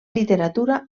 literatura